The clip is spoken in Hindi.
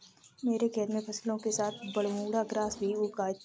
मेरे खेत में फसलों के साथ बरमूडा ग्रास भी उग आई हैं